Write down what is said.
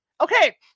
Okay